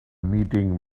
meeting